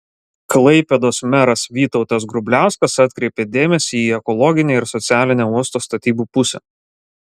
klaipėdos meras vytautas grubliauskas atkreipė dėmesį į ekologinę ir socialinę uosto statybų pusę